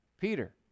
Peter